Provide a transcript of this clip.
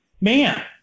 man